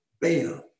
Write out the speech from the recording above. bam